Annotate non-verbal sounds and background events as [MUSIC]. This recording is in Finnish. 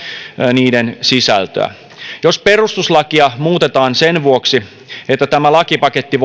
niiden sisältöä jos perustuslakia muutetaan sen vuoksi että tämä lakipaketti [UNINTELLIGIBLE]